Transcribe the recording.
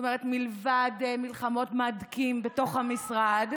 מלבד מלחמות מהדקים בתוך המשרד,